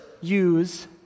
use